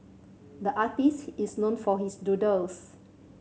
the artist is known for his doodles